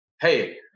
hey